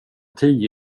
tio